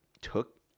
took